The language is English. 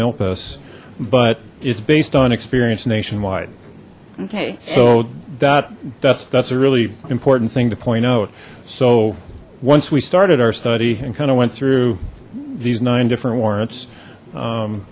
milpas but it's based on experience nationwide okay so that that's that's a really important thing to point out so once we started our study and kind of went through these nine different warrants